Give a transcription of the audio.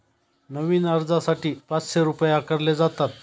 नवीन अर्जासाठी पाचशे रुपये आकारले जातात